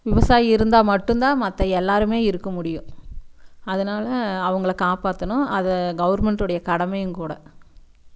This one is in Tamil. விவசாயி இருந்தால் மட்டுந்தான் மற்ற எல்லாரும் இருக்க முடியும் அதனால அவங்கள காப்பாற்றணும் அதை கவுர்மெண்ட்டோடய கடமையும் கூட